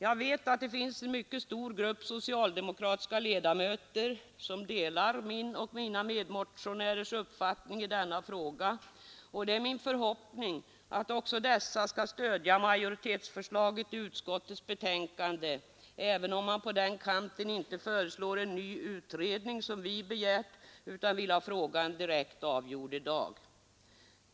Jag vet att det finns en mycket stor grupp socialdemokratiska ledamöter som delar min och mina medmotionärers uppfattning i denna fråga, och det är min förhoppning att också dessa skall stödja majoritetsförslaget i utskottets betänkande, även om man på den kanten inte föreslår en ny utredning, som vi begärt, utan vill ha frågan direkt avgjord i dag.